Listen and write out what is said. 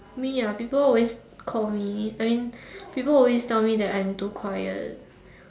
me ah people also call me I mean people always tell me that I'm too quiet